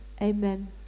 Amen